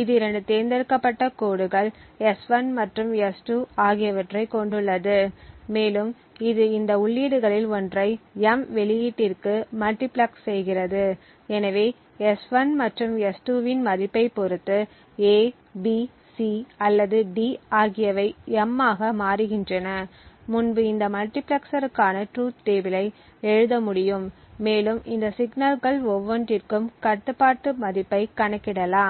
இது இரண்டு தேர்ந்தெடுக்கப்பட்ட கோடுகள் S1 மற்றும் S2 ஆகியவற்றைக் கொண்டுள்ளது மேலும் இது இந்த உள்ளீடுகளில் ஒன்றை M வெளியீட்டிற்கு மல்டிபிளக்ஸ் செய்கிறது எனவே S1 மற்றும் S2 இன் மதிப்பைப் பொறுத்து A B C அல்லது D ஆகியவை M ஆக மாறுகின்றன முன்பு இந்த மல்டிபிளெக்சருக்கான ட்ரூத் டேபிளை எழுத முடியும் மேலும் இந்த சிக்னல்கள் ஒவ்வொன்றிற்கும் கட்டுப்பாட்டு மதிப்பைக் கணக்கிடலாம்